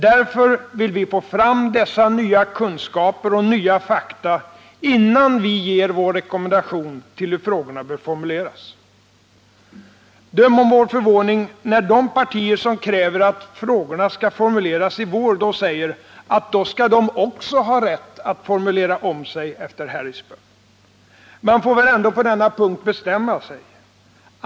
Därför vill vi få fram dessa nya kunskaper och nya fakta innan vi ger vår rekommendation till hur frågorna bör formuleras. Döm om vår förvåning när de partier som kräver att frågorna formuleras i vår då säger att de också skall ha rätt att formulera om sig efter Harrisburg. Man får väl ändå på denna punkt bestämma sig.